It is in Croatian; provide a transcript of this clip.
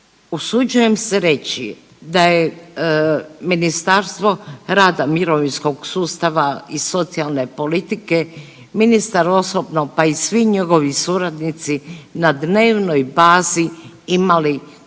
Usuđujem se reći da je Ministarstvo rada, mirovinskog sustava i socijalne politike, ministar osobno, pa i svi njegovi suradnici na dnevnoj bazi imali kontakte